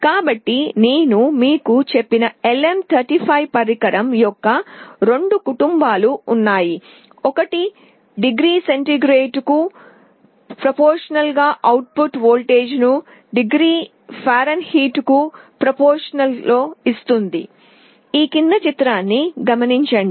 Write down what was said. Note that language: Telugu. కాబట్టి నేను మీకు చెప్పిన LM35 పరికరం యొక్క రెండు కుటుంబాలు ఉన్నాయి ఒకటి డిగ్రీ సెంటీగ్రేడ్కు అనులోమానుపాతంలో అవుట్ పుట్ వోల్టేజ్ను డిగ్రీ ఫారెన్హీట్కు అనులోమానుపాతంలో ఇస్తుంది